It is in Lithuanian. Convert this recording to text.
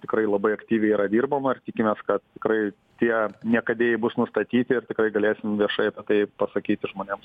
tikrai labai aktyviai yra dirbama ir tikimės kad tikrai tie niekadėjai bus nustatyti ir tikrai galėsim viešai apie tai pasakyti žmonėms